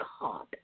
God